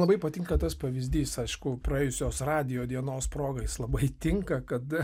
labai patinka tas pavyzdys aišku praėjusios radijo dienos proga jis labai tinka kad